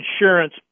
insurance